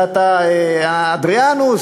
אתה אדריאנוס,